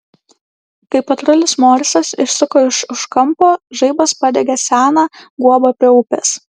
kai patrulis morisas išsuko iš už kampo žaibas padegė seną guobą prie upės